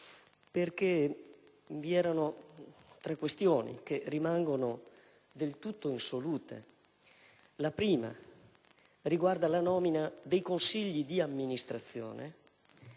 vi sono tre questioni che rimangono del tutto insolute. La prima riguarda la nomina dei consigli di amministrazione: